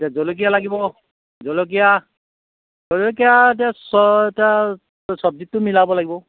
এতিয়া জলকীয়া লাগিব জলকীয়া জলকীয়া এতিয়া চব্জিটো মিলাব লাগিব